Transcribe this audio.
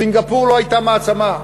סינגפור לא הייתה מעצמה.